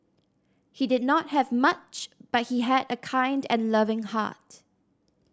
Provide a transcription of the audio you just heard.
he did not have much but he had a kind and loving heart